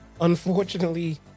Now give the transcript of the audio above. Unfortunately